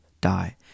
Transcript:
die